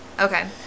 Okay